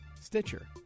Stitcher